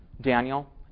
Daniel